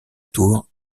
tour